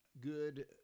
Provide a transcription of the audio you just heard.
good